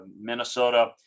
Minnesota